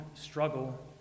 struggle